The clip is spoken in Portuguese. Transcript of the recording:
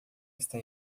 está